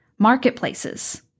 marketplaces